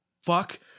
Fuck